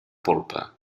polpa